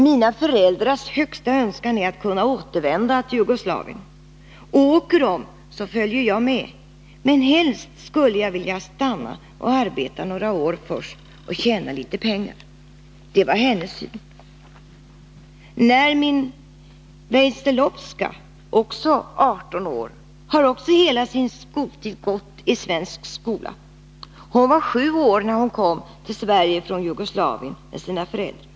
— Mina föräldrars högsta önskan är att kunna återvända till Jugoslavien. Och åker de så åker jag med. Men helst skulle jag vilja stanna och arbeta några år först och tjäna lite pengar.” Det var hennes syn. Nermin Vejselovska är också 18 år och har hela sin skoltid gått i svensk skola. ”Hon var 7 år när hon kom till Sverige från Jugoslavien med sina föräldrar.